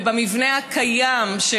ובמבנה הקיים של